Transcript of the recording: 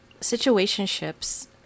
situationships